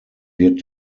wird